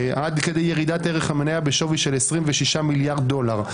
עד כדי ירידת ערך המניה בשווי של 26 מיליארד דולר.